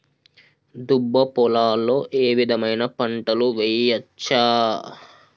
దుబ్బ పొలాల్లో ఏ విధమైన పంటలు వేయచ్చా?